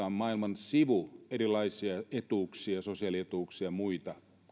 on maailman sivu erilaisia etuuksia sosiaalietuuksia ja muita